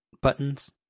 buttons